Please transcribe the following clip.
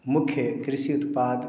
मुख्य कृषि उत्पाद